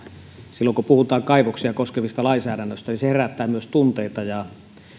silloin kun puhutaan kaivoksia koskevasta lainsäädännöstä niin se herättää myös tunteita ja